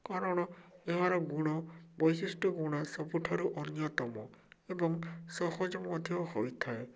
କାରଣ ଏହାର ଗୁଣ ବୈଶିଷ୍ଟ୍ୟ ଗୁଣ ସବୁଠାରୁ ଅନ୍ୟତମ ଏବଂ ସହଜ ମଧ୍ୟ ହୋଇଥାଏ